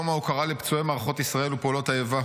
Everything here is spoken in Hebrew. יום ההוקרה לפצועי מערכות ישראל ופעולות האיבה,